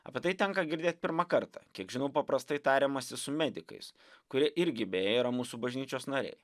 apie tai tenka girdėt pirmą kartą kiek žinau paprastai tariamasi su medikais kurie irgi beje yra mūsų bažnyčios nariai